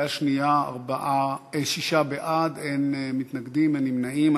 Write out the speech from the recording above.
בקריאה שנייה, שישה בעד, אין מתנגדים ואין נמנעים.